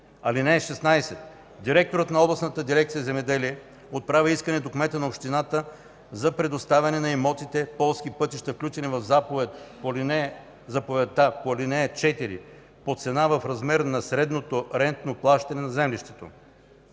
имоти. (16) Директорът на областната дирекция „Земеделие” отправя искане до кмета на общината за предоставяне на имотите –полски пътища, включени в заповедта по ал. 4, по цена в размер на средното рентно плащане за землището.